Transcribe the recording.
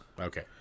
Okay